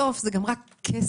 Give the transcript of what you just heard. זה בסוף גם רק כסף.